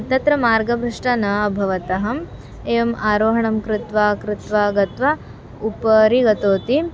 तत्र मार्गभ्रष्टा न अभवत् अहम् एवम् आरोहणं कृत्वा कृत्वा गत्वा उपरि गतवती